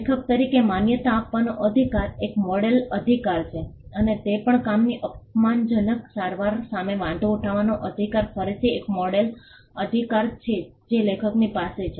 લેખક તરીકે માન્યતા આપવાનો અધિકાર એક મોડેલ અધિકાર છે અને તે પણ કામની અપમાનજનક સારવાર સામે વાંધો ઉઠાવવાનો અધિકાર ફરીથી એક મોડેલ અધિકાર છે જે લેખકની પાસે છે